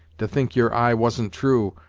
to think your eye wasn't true,